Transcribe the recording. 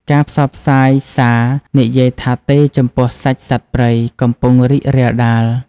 ការផ្សព្វផ្សាយសារ "និយាយថាទេចំពោះសាច់សត្វព្រៃ" កំពុងរីករាលដាល។